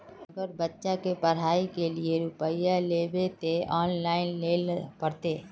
अगर बच्चा के पढ़ाई के लिये रुपया लेबे ते ऑनलाइन लेल पड़ते?